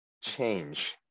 change